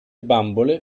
bambole